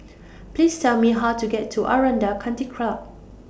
Please Tell Me How to get to Aranda Country Club